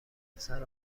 افسر